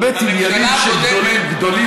באמת עניינים שהם גדולים